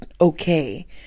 okay